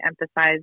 emphasize